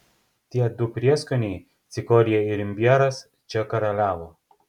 tie du prieskoniai cikorija ir imbieras čia karaliavo